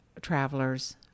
travelers